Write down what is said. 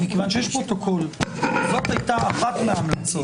מכיוון שיש פרוטוקול, זאת הייתה אחת מההמלצות.